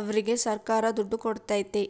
ಅವ್ರಿಗೆ ಸರ್ಕಾರ ದುಡ್ಡು ಕೋಡ್ತೈತಿ